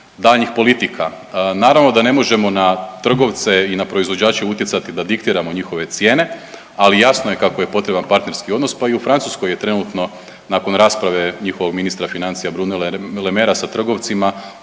daljnjih politika. Naravno da ne možemo na trgovce i na proizvođače utjecati da diktiramo njihove cijene, ali jasno je kako je potreban partnerski odnos. Pa i u Francuskoj je trenutno nakon rasprave njihovog ministra financija Brune Lemera sa trgovcima